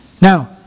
Now